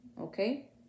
okay